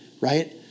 right